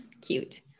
Cute